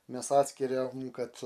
mes atskiriam kad